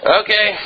okay